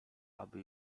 aby